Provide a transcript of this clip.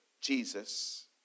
Jesus